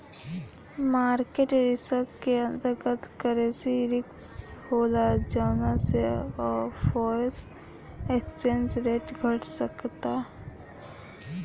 market risk के अंतर्गत, currency risk होला जौना से फॉरेन एक्सचेंज रेट घट सकता